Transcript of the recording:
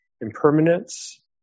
impermanence